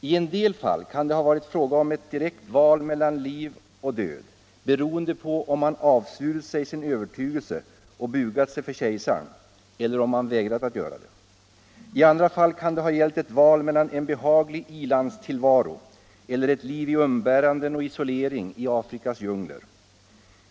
I en del fall kan det ha varit fråga om ett direkt val mellan liv och död, beroende på om man avsvurit sig sin övertygelse och bugat sig för kejsaren, eller om man vägrat att göra det. I andra fall kan det ha gällt ett val mellan en behaglig i-landstillvaro eller ett liv i umbäranden och isolering i Afrikas djungler.